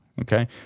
okay